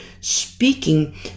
speaking